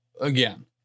again